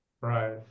Right